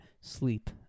sleep